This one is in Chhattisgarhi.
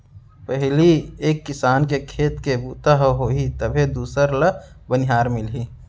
पहिली एक किसान के खेत के बूता ह होही तभे दूसर ल बनिहार मिलही